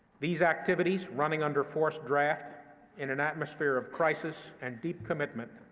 these activities, running under forced draft in an atmosphere of crisis and deep commitment,